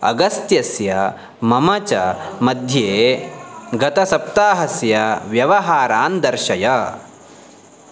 अगस्त्यस्य मम च मध्ये गतसप्ताहस्य व्यवहारान् दर्शय